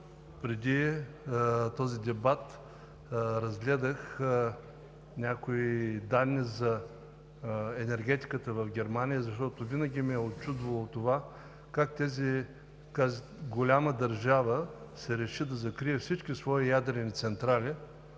преди този дебат, разгледах някои данни за енергетиката в Германия, защото винаги ме е учудвало това как тази голяма държава се реши да закрие всички свои ядрени централи,